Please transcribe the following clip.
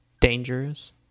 Dangerous